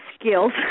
skills